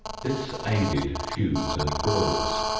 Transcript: this aided feuds and brawls.